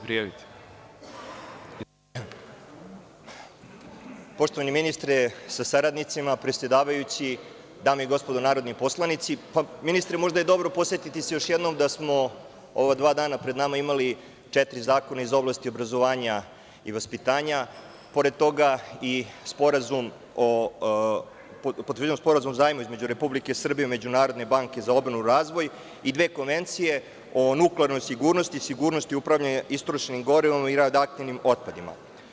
Poštovani ministre sa saradnicima, predsedavajući, dame i gospodo narodni poslanici, možda je dobro podsetiti se još jednom da smo ova dva dana pred nama imali četiri zakona iz oblasti obrazovanja i vaspitanja, pored toga i potvrđivanje Sporazuma o zajmu između Republike Srbije i Međunarodne banke za obnovu i razvoj i dve konvencije o nuklearnoj sigurnosti i sigurnosti upravljanjem istrošenim gorivom i radioaktivnim otpadima.